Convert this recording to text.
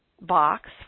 box